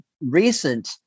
recent